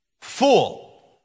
Fool